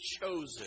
chosen